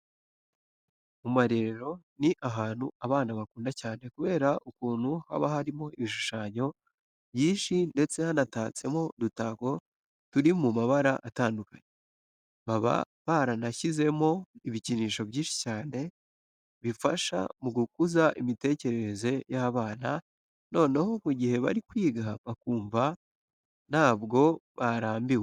Mu marerero ni ahantu abana bakunda cyane kubera ukuntu haba harimo ibishushanyo byinshi ndetse hanatatsemo udutako turi mu mabara atandukanye. Baba baranashyizemo ibikinisho byinshi cyane bifasha mu gukuza imitekerereze y'abana, noneho mu gihe bari kwiga bakumva ntabwo barambiwe.